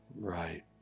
Right